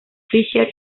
fisher